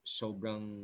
sobrang